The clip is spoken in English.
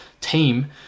team